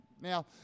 Now